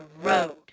road